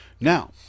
Now